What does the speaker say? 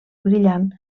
brillant